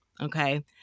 Okay